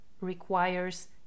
requires